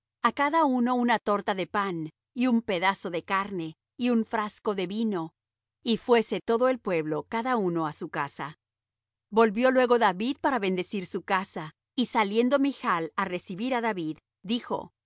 á cada uno una torta de pan y un pedazo de carne y un frasco de vino y fuése todo el pueblo cada uno á su casa volvió luego david para bendecir su casa y saliendo michl á recibir á david dijo